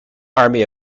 army